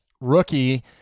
rookie